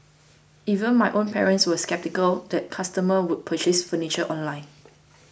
even my own parents were sceptical that customer would purchase furniture online